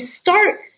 start